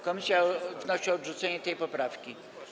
Komisja wnosi o odrzucenie tej poprawki.